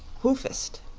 hoofist,